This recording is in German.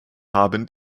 haben